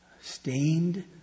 stained